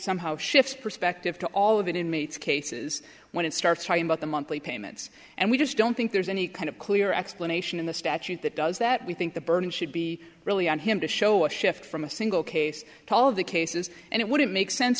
somehow shifts perspective to all of it inmates cases when it starts talking about the monthly payments and we just don't think there's any kind of clear explanation in the statute that does that we think the burden should be really on him to show a shift from a single case to all of the cases and it wouldn't make sense